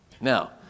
Now